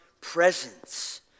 presence